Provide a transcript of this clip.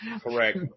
correct